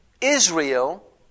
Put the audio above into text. Israel